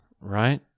right